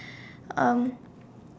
um